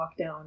lockdown